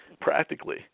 Practically